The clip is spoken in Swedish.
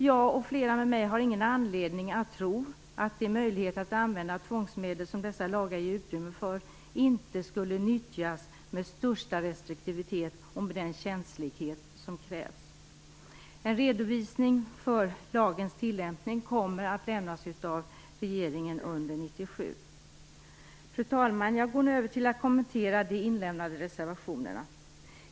Jag och flera med mig har ingen anledning att tro att de möjligheter att använda tvångsmedel som dessa lagar ger utrymme för inte skulle nyttjas med största restriktivitet och med den känslighet som krävs. En redovisning för lagens tillämpning kommer att lämnas av regeringen under 1997. Fru talman! Jag går nu över till att kommentera de inlämnade reservationerna.